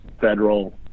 federal